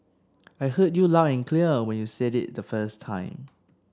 I heard you loud and clear when you said it the first time